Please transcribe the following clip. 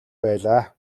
байлаа